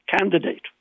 candidate